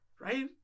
right